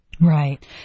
Right